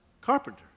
carpenter